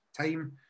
time